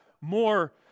more